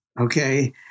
okay